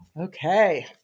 Okay